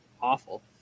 awful